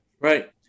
Right